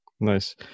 Nice